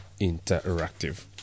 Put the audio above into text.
interactive